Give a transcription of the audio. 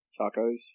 Tacos